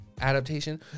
adaptation